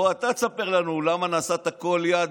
בוא אתה תספר לנו למה נסעת לכל יעד,